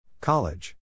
College